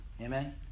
Amen